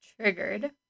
triggered